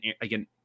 again